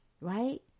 right